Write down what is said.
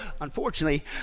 Unfortunately